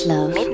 Love